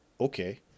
okay